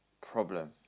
problem